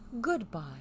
Goodbye